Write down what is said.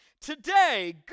Today